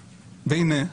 והנה,